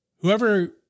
Whoever